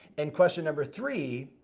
and question number three,